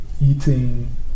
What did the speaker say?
eating